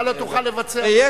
ואתה לא תוכל לבצע.